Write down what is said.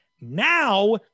Now